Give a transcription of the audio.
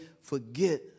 forget